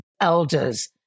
elders